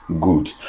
good